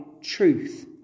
truth